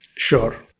sure,